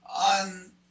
on